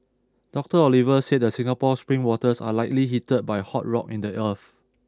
Doctor Oliver said the Singapore spring waters are likely heated by hot rock in the earth